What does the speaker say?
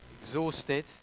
exhausted